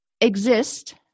exist